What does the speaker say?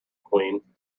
queen